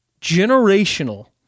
generational